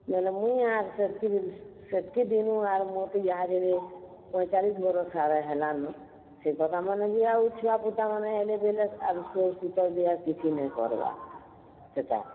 ବେଲେ ମୁଇଁ ଆର୍ ସେତକି ଦିନୁ ଆର୍ ମୋତେ ଇହା ଚେନି ପଏଚାଲିସ୍ ବରଷ୍ ଆଡ଼େ ହେଲାନ ସେ କଥା ମାନେ ବି ଆଉ ଛୁଆ ପୁତା ମାନେ ହେଲେ ବେଲେ ଆଉ ସୋର୍ ସୁତର୍ ବି କିଛି ନେଇ କର୍ବାର୍ ସେଇଟା